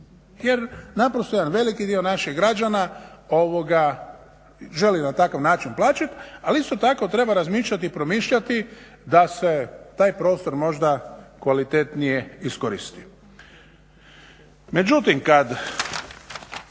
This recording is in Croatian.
jer naprosto jedan veliki dio naših građana želi na takav način plaćati. Ali isto tako treba razmišljati i promišljati da se taj prostor možda kvalitetnije iskoristi. Međutim, kada